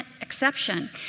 exception